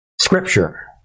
scripture